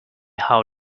how